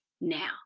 now